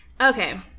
Okay